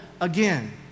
again